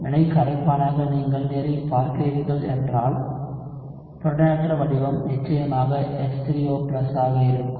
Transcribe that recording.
வினை கரைப்பானாக நீங்கள் நீரைப் பார்க்கிறீர்கள் என்றால் புரோட்டானேற்ற வடிவம் நிச்சயமாக H3O ஆக இருக்கும்